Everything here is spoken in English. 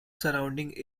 surrounding